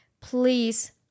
please